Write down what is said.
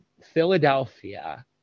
Philadelphia